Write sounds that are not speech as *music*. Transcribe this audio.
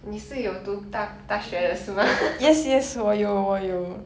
你是有读大大学的是吗 *laughs*